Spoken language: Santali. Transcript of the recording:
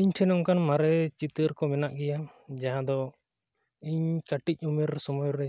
ᱤᱧ ᱴᱷᱮᱱ ᱚᱱᱠᱟᱱ ᱢᱟᱨᱮ ᱪᱤᱛᱟᱹᱨ ᱠᱚ ᱢᱮᱱᱟᱜ ᱜᱮᱭᱟ ᱡᱟᱦᱟᱸ ᱫᱚ ᱤᱧ ᱠᱟᱹᱴᱤᱡ ᱩᱢᱮᱨ ᱥᱚᱢᱚᱭ ᱨᱮ